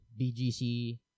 BGC